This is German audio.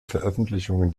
veröffentlichungen